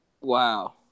wow